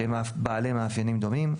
שהם בעלי מאפיינים דומים,